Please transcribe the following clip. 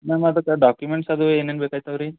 ma'am ಅದುಕ್ಕೆ documents ಅದು ಏನೇನು ಬೇಕಾಯ್ತವೆ ರೀ